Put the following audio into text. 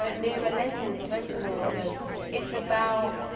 um neither are lentils or vegetables and it's about